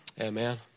Amen